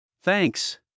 Thanks